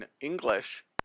English